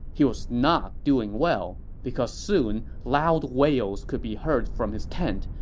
he was not doing well, because soon loud wails could be heard from his tent,